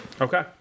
Okay